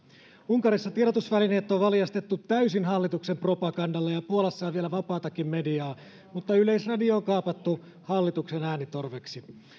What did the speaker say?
unkarissa tiedotusvälineet on valjastettu täysin hallituksen propagandalle puolassa on vielä vapaatakin mediaa mutta yleisradio on kaapattu hallituksen äänitorveksi